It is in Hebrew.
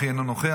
אינו נוכח,